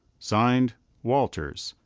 signed walters,